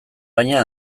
baina